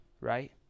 right